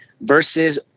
versus